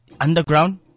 underground